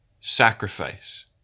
sacrifice